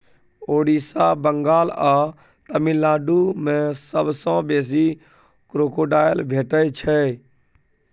ओड़िसा, बंगाल आ तमिलनाडु मे सबसँ बेसी क्रोकोडायल भेटै छै